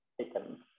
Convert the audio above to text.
taken